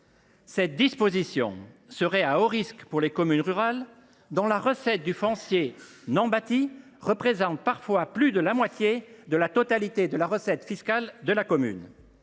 Cette disposition serait à haut risque pour les communes rurales, dont la recette du foncier non bâti représente parfois plus de la moitié de la recette fiscale totale de la commune.